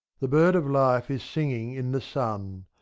the bird of life is singing in the sun,